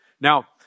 Now